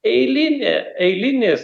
eilinė eilinės